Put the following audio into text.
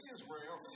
Israel